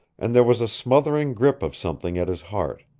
and there was a smothering grip of something at his heart.